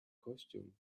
costume